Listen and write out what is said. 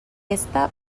está